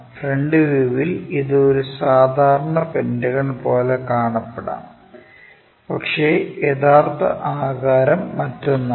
front വ്യൂവിൽ ഇത് ഒരു സാധാരണ പെന്റഗൺ പോലെ കാണപ്പെടാം പക്ഷേ യഥാർത്ഥ ആകാരം മറ്റൊന്നാണ്